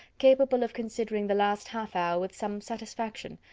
capable of considering the last half-hour with some satisfaction,